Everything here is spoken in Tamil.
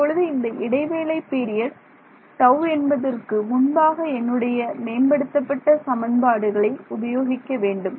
இப்பொழுது இந்த இடைவேளை பீரியட் τ என்பதற்கு முன்பாக என்னுடைய மேம்படுத்தப்பட்ட சமன்பாடுகளை உபயோகிக்க வேண்டும்